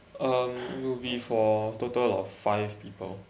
um we'll be for total of five people